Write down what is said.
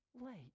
late